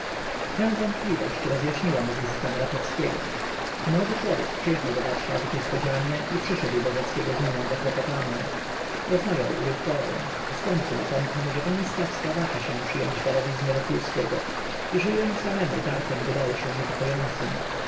tę wątpliwość rozjaśniła mu wizyta mraczewskiego młody człowiek przyjechał do warszawy niespodzianie i przyszedł do rzeckiego z miną zakłopotaną rozmawiał urywkowo a wkońcu napomknął że pani stawska waha się przyjąć darowizny wokulskiego i że jemu samemu dar ten wydaje się niepokojącym